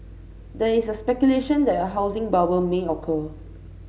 there is speculation that a housing bubble may occur